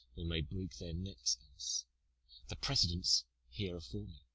they may break their necks else the precedent s here afore me.